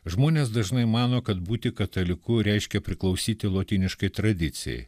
žmonės dažnai mano kad būti kataliku reiškia priklausyti lotyniškai tradicijai